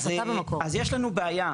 אז יש לנו בעיה,